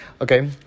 okay